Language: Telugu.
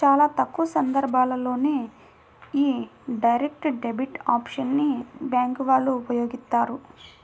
చాలా తక్కువ సందర్భాల్లోనే యీ డైరెక్ట్ డెబిట్ ఆప్షన్ ని బ్యేంకు వాళ్ళు ఉపయోగిత్తారు